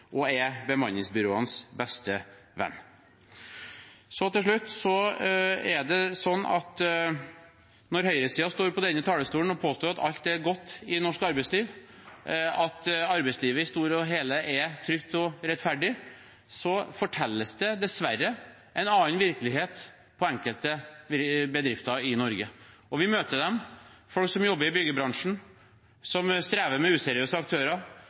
bemanningsbyråenes beste venn. Til slutt: Når høyresiden står på denne talerstolen og påstår at alt er godt i norsk arbeidsliv, at arbeidslivet i det store og hele er trygt og rettferdig, fortelles det dessverre om en annen virkelighet i enkelte bedrifter i Norge. Og vi møter dem: folk som jobber i byggebransjen, som strever med useriøse aktører,